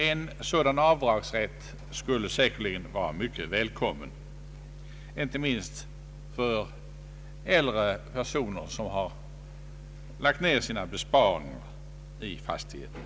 En sådan avdragsrätt skulle säkerligen vara mycket välkommen, inte minst för äldre personer, som har lagt ned sina besparingar i fastigheten.